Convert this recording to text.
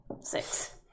Six